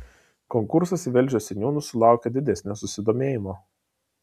konkursas į velžio seniūnus sulaukė didesnio susidomėjimo